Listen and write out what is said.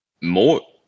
more